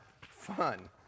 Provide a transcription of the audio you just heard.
fun